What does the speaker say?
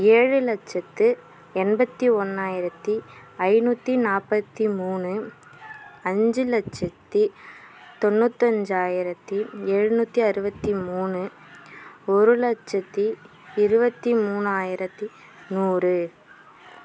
ஏழு லட்சத்து எண்பத்தி ஒன்றாயிரத்தி ஐநூற்றி நாற்பத்தி மூணு அஞ்சு லட்சத்தி தொண்ணூத்தஞ்சாயிரத்தி எழுநூற்றி அறுபத்தி மூணு ஒரு லட்சத்தி இருபத்தி மூணாயிரத்தி நூறு